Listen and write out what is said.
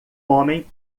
homem